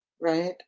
right